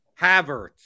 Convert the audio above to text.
Havertz